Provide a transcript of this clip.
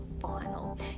final